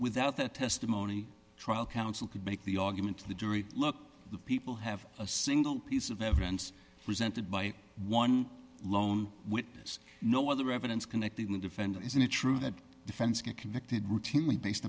without the testimony trial counsel could make the argument to the jury look the people have a single piece of evidence presented by one lone witness no other evidence connecting the defendant isn't it true that defense get convicted routinely based